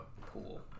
pool